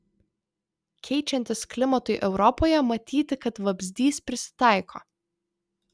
keičiantis klimatui europoje matyti kad vabzdys prisitaiko